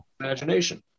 Imagination